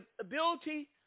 ability